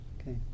okay